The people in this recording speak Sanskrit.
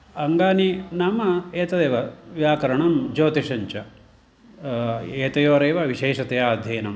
अङ्गानि नाम एतदेव व्याकरणं ज्योतिषञ्च एतयोरेव विशेषतया अध्ययनं